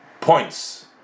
points